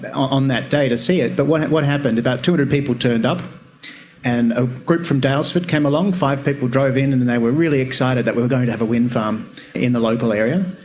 on that day to see it, but what what happened, about two hundred people turned up and a group from daylesford came along, five people drove in, and and they were really excited that we were going to have a windfarm in the local area.